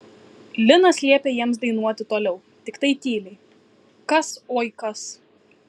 linas liepė jiems dainuoti toliau tiktai tyliai kas oi kas